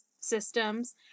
systems